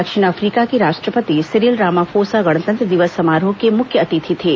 दक्षिण अफ्रीका के राष्ट्रपति सिरिल रामाफोसा गणतंत्र दिवस समारोह के मुख्य अतिथि थे